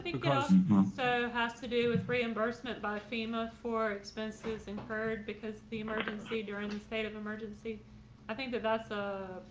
because it so has to do with reimbursement by fema for expenses incurred because the emergency during the state of emergency i think that that's a